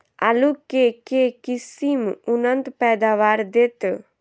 आलु केँ के किसिम उन्नत पैदावार देत?